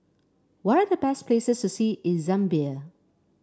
what are the best places to see in Zambia